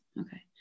okay